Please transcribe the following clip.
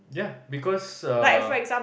yeah because uh